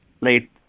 late